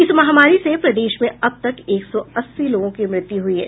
इस महामारी से प्रदेश में अब तक एक सौ अस्सी लोगों की मृत्यु हुई है